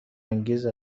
انگیز